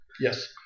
Yes